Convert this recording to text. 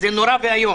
זה נורא ואיום